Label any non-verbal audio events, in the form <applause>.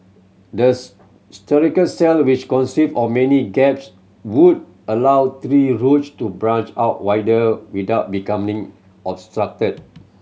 the <unintelligible> structural cell which consist of many gaps would allow tree roots to branch out wider without becoming obstructed